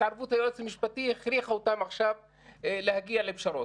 התערבות היועץ המשפטי הכריחה אותם עכשיו להגיע לפשרות.